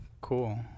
Cool